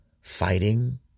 fighting